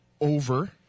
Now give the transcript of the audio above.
over